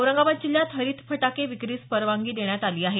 औरंगाबाद जिल्ह्यात हरित फटाके विक्रीस परवानगी देण्यात आली आहे